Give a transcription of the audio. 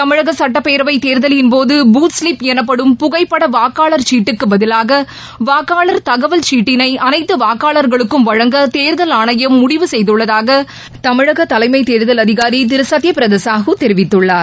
தமிழக சட்டப்பேரவை தேர்தலின் போது பூத் ஸ்லிப் எனப்படும் புகைப்பட வாக்காளர் சீட்டிக்கு பதிலாக வாக்காளர் தகவல் சீட்டினை அனைத்து வாக்காளர்களுக்கும் வழங்க தேர்தல் ஆணையம் முடிவு செய்துள்ளதாக தமிழகத் தலைமை தேர்தல் அதிகாரி திரு சத்திய பிரதா சாகு தெரிவித்துள்ளார்